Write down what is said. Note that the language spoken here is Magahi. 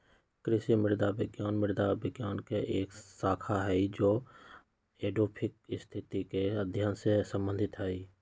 कृषि मृदा विज्ञान मृदा विज्ञान के एक शाखा हई जो एडैफिक स्थिति के अध्ययन से संबंधित हई